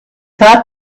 thought